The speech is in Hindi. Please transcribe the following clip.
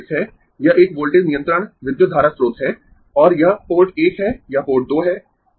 यह एक वोल्टेज नियंत्रण विद्युत धारा स्रोत है और यह पोर्ट 1 है यह पोर्ट 2 है